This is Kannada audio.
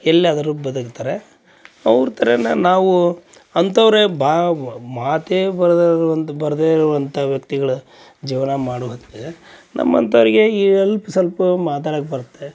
ಎಲ್ಲಾದರೂ ಬದುಕ್ತಾರೆ ಅವ್ರ ಥರನೇ ನಾವೂ ಅಂಥವರೇ ಬಾ ಮಾತೇ ಬರದೇ ಇರುವಂಥ ಬರದೇ ಇರುವಂಥ ವ್ಯಕ್ತಿಗಳು ಜೀವನ ಮಾಡುವಂತೆ ನಮ್ಮಂಥವರಿಗೆ ಈ ಅಲ್ಪ ಸ್ವಲ್ಪ ಮಾತಾಡಕ್ಕೆ ಬರುತ್ತೆ